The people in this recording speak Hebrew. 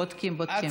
בודקים, בודקים.